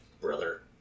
brother